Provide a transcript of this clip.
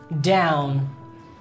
down